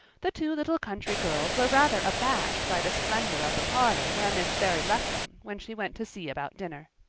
the two little country girls were rather abashed by the splendor of the parlor where miss barry left them when she went to see about dinner.